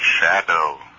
shadow